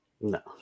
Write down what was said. No